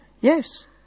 Yes